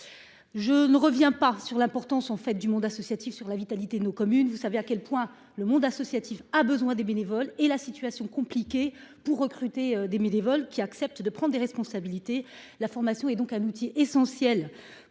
Je ne reviens pas sur l’importance du monde associatif pour la vitalité de nos communes. Vous savez à quel point il a besoin des bénévoles. Or il est actuellement difficile de recruter des bénévoles qui acceptent de prendre des responsabilités. La formation est donc un outil essentiel